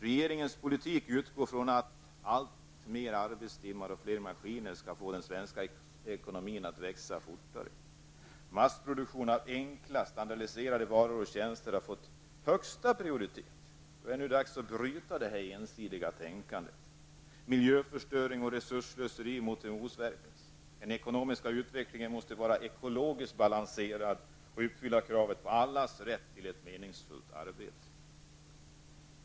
Regeringens politik utgår från att allt fler arbetstimmar och allt fler maskiner skall få den svenska ekonomin att växa fortare. Massproduktion av enkla standardiserade varor och tjänster har fått högsta prioritet. Det är nu dags att bryta detta ensidiga tänkande. Miljöförstöring och resursslöseri måste motverkas. Den ekonomiska utvecklingen måste vara ekologiskt balanserad och uppfylla kravet på allas rätt till ett meningsfullt arbete.